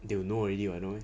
they'll know already [what] no meh